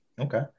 Okay